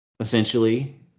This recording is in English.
Essentially